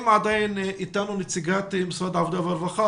אם נמצאת אתנו נציגת משרד העבודה והרווחה,